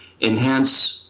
enhance